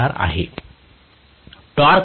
torque वाढल्यामुळे current वाढेल